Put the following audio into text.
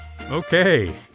Okay